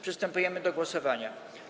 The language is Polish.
Przystępujemy do głosowania.